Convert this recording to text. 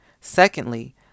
Secondly